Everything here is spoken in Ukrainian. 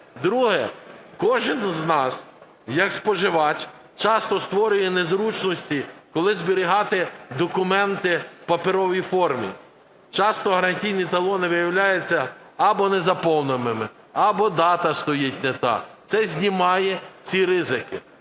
Друге. Кожен з нас як споживач часто створює незручності, коли зберігає документи в паперовій формі. Часто гарантійні талони виявляються або незаповненими, або дата стоїть не та. Це знімає ці ризики.